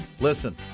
listen